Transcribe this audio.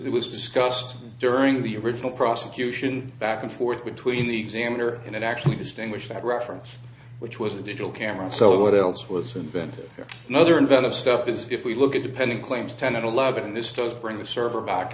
with was discussed during the original prosecution back and forth between the examiner and it actually distinguish that reference which was a digital camera so what else was invented another inventive stuff is if we look at depending claims ten and eleven this goes bring the